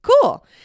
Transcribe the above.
cool